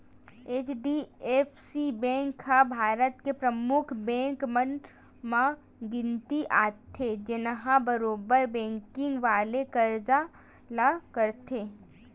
HDFC bank ह भारत के परमुख बेंक मन म गिनती आथे, जेनहा बरोबर बेंकिग वाले कारज ल करथे